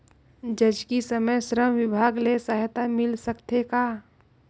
जचकी समय श्रम विभाग ले सहायता मिल सकथे का?